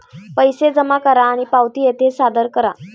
पैसे जमा करा आणि पावती येथे सादर करा